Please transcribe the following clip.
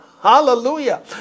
Hallelujah